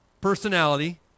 personality